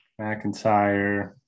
McIntyre